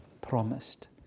promised